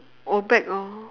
old back orh